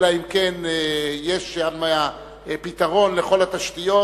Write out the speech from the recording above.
אלא אם יש פתרון לכל התשתיות,